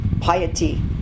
piety